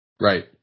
Right